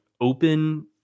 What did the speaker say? open